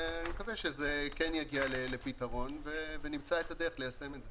אני מקווה שזה כן יגיע לפתרון ונמצא את הדרך ליישם את זה.